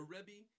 Rebbe